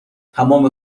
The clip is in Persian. تمام